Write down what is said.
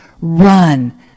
Run